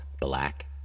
Black